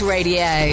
Radio